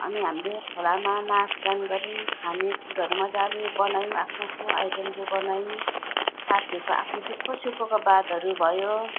अनि हाम्रो यहाँ खोलामा नाचगान गऱ्यौँ खानेकुराहरू मज्जाले बनायौँ आफ्नो आफ्नो आइटमले बनायौँ साथीहरूको आफ्नो दुःख सुखको बातहरू भयो